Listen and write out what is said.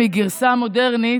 סלימאן,